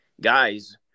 guys